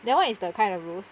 that [one] is the kind of rules